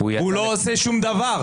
ופתאום אומר אולי אלימות שוטרים לא מוצדקת.